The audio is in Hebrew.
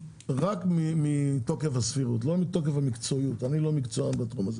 רק מתוקף הסבירות ולא מתוקף המקצועיות אני לא מקצוען בתחום הזה